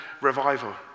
revival